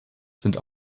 sind